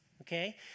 Okay